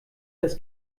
das